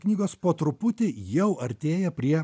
knygos po truputį jau artėja prie